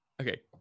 Okay